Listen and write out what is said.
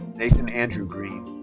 nathan andrew green.